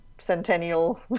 centennial